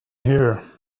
here